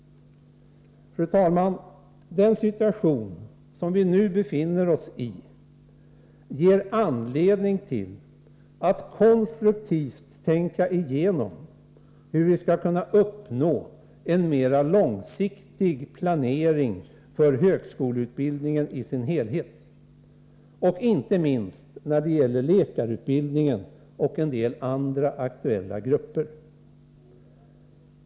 Fru talman! Den situation som vi nu befinner oss i ger anledning till att konstruktivt tänka igenom hur vi skall kunna uppnå en mer långsiktig planering för högskoleutbildningen i dess helhet — och inte minst när det gäller läkarutbildningen och en del andra aktuella grupper.